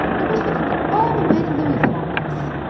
i wish we could go all the way to louisville on this.